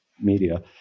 media